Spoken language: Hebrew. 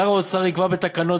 2. שר האוצר יקבע בתקנות,